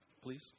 please